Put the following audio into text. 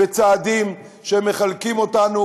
בצעדים שמחלקים אותנו,